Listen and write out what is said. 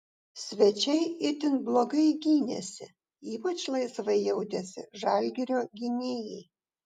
svečiai itin blogai gynėsi ypač laisvai jautėsi žalgirio gynėjai